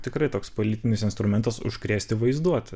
tikrai toks politinis instrumentas užkrėsti vaizduotę